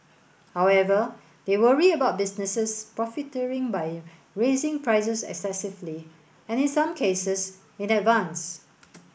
however they worry about businesses profiteering by raising prices excessively and in some cases in advance